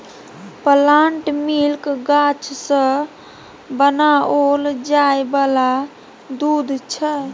plant milk गाछ सँ बनाओल जाय वाला दूध छै